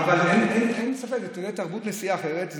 אין ספק, זו תהיה תרבות נסיעה אחרת.